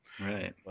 Right